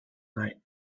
night